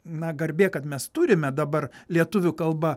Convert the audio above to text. na garbė kad mes turime dabar lietuvių kalba